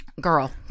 Girl